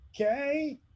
okay